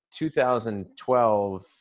2012